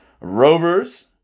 Rovers